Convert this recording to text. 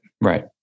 Right